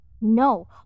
No